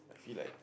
I feel like